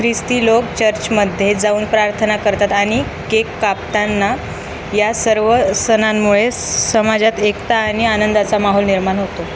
ख्रिस्ती लोक चर्चमध्ये जाऊन प्रार्थना करतात आणि केक कापतांना या सर्व सणांमुळे समाजात एकता आणि आनंदाचा माहोल निर्माण होतो